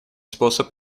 способ